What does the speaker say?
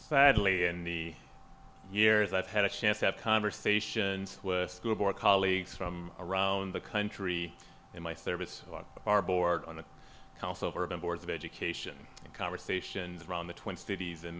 sadly in the years i've had a chance to have conversations with school board colleagues from around the country in my service on our board on the house over boards of education in conversations around the twin cities in